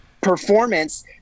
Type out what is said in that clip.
performance